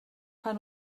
fan